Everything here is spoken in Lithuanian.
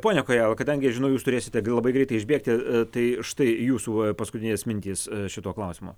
pone kojala kadangi žinau jūs turėsite labai greitai išbėgti tai štai jūsų paskutinės mintys šito klausimo